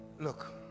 Look